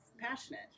passionate